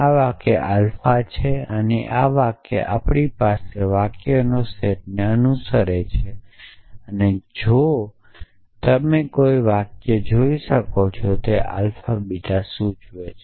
આ વાક્ય આલ્ફા છે અને એ આલ્ફા વાક્ય આપણી પાસેના વાક્યોના સેટને અનુસરે છે અને જો તમે તેને જોઈ શકો છો તો આલ્ફા એ બીટા સૂચવે છે